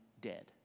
dead